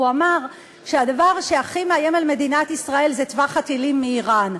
והוא אמר שהדבר שהכי מאיים על מדינת ישראל זה טווח הטילים מאיראן,